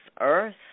Earth